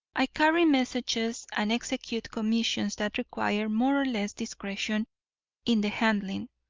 i carry messages and execute commissions that require more or less discretion in the handling.